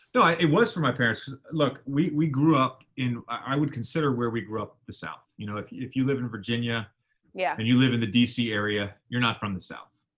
no, it was from my parents. look, we, we grew up in, i would consider where we grew up the south. you know, if, if you live in virginia yeah and you live in the d c. area, you're not from the south,